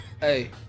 Hey